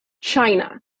China